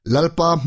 Lalpa